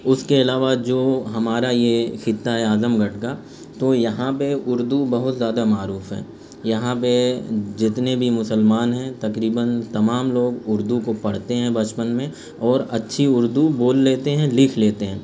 اس کے علاوہ جو ہمارا یہ خطہ ہے اعظم گڑھ کا تو یہاں پہ اردو بہت زیادہ معروف ہے یہاں پہ جتنے بھی مسلمان ہیں تقریباً تمام لوگ اردو کو پڑھتے ہیں بچپن میں اور اچھی اردو بول لیتے ہیں لکھ لیتے ہیں